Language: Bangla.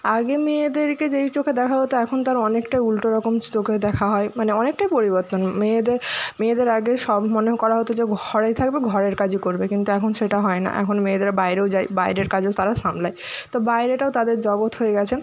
আগে মেয়েদেরকে যেই চোখে দেখা হতো এখন তার অনেকটাই উলটো রকম চোখে দেখা হয় মানে অনেকটাই পরিবর্তন মেয়েদের মেয়েদের আগে সব মনে করা হতো যে ঘরে থাকবে ঘরের কাজই করবে কিন্তু এখন সেটা হয় না এখন মেয়েদের বাইরেও যায় বাইরের কাজও তারা সামলায় তো বাইরেটাও তাদের জগত হয়ে গেছে